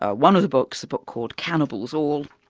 ah one of the books, a book called cannibals all!